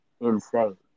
insane